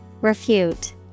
Refute